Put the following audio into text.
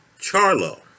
Charlo